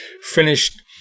finished